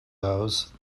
those